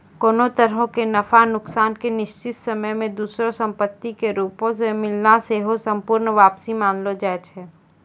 कोनो तरहो के नफा नुकसान के निश्चित समय मे दोसरो संपत्ति के रूपो मे मिलना सेहो पूर्ण वापसी मानलो जाय छै